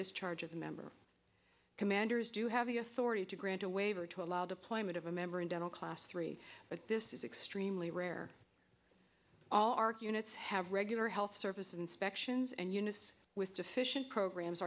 discharge of the member commanders do have the authority to grant a waiver to allow deployment of a member in dental class three but this is extremely rare all arc units have regular health service inspections and units with sufficient programs